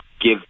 give